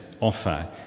offer